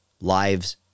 Lives